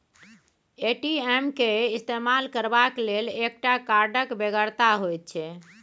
ATM केर इस्तेमाल करबाक लेल एकटा कार्डक बेगरता होइत छै